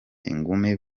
ingumi